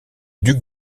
duc